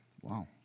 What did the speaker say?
wow